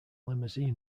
limousine